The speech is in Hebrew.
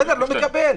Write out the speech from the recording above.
בסדר, לא מקבל.